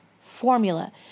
formula